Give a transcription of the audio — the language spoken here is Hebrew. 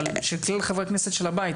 אבל שציין חבר הכנסת של הבית.